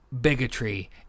bigotry